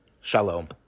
Shalom